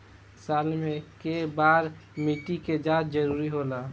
साल में केय बार मिट्टी के जाँच जरूरी होला?